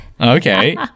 Okay